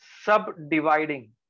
subdividing